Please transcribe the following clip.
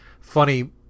funny